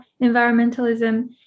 environmentalism